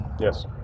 Yes